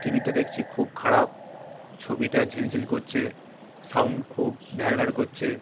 টিভিটা দেখছি খুব খারাপ ছবিটা ঝিলঝিল করছে সাউন্ড খুব ভ্যার ভ্যার করছে